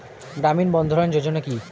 গ্রামীণ বন্ধরন যোজনা কি?